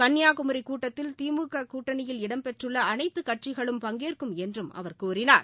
கள்ளியாகுமி கூட்டத்தில் திமுக கூட்டணியில் இடம் பெற்றுள்ள அனைத்துக் கட்சிகளும் பங்கேற்கும் என்றும் அவர் கூறினார்